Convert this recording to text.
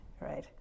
right